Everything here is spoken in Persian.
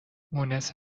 مونس